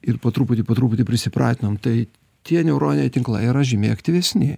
ir po truputį po truputį prisipratinam tai tie neuroniniai tinklai yra žymiai aktyvesni